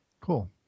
Cool